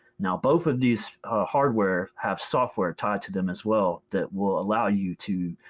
now both of these hardware have software tied to them as well that will allow you to